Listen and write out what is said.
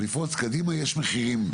וכדי לפרוץ קדימה יש מחירים.